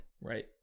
right